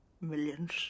Millions